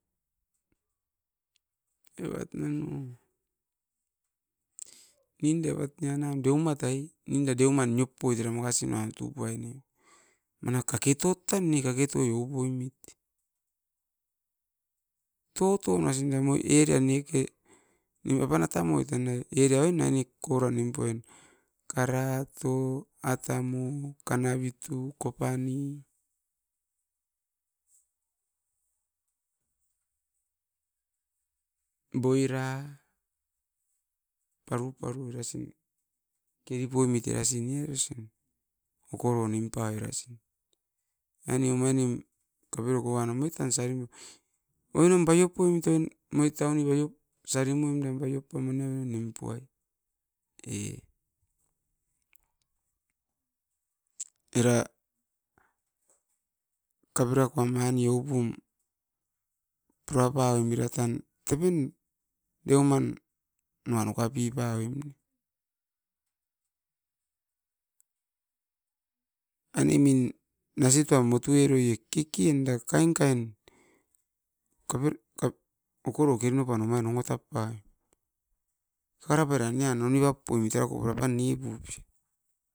Evat nano ninda evat nianam deumat, ninda deumat ninda makasi deumat niop poitera makasi bitot tan ne ou poimit toto nasin era area neken apan atamo tanai moino gold nimpuai moino, karato atamo kanavin, kompani boira paru paru erasin keri poimit erasin okoro nim pawoi erasin aine omainim kaperako ouan moi tan sarim poimit oinom babiop pui mit oin moi tauni sarimuoim dam oin nim puai e era kaperako dupum pura paoim eram deu manuan uka pipavoim aine min nasitoan moto eroie kekenen kainkain okoro keri nua pan ongo tap punoim kaka rapai ran onibap poi mit.